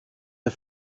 der